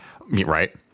Right